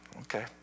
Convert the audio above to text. Okay